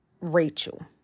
Rachel